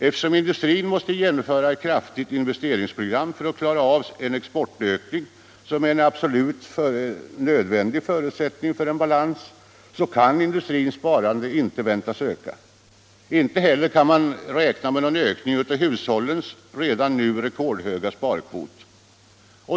Eftersom industrin måste genomföra ett kraftigt investeringsprogram för att klara av en exportökning, som är en absolut nödvändig förutsättning för balans, kan industrins sparande inte väntas öka. Inte heller kan man räkna med någon ökning av hushållens redan nu rekordhöga sparkvot.